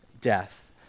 death